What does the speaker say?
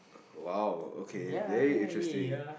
!wow! okay very interesting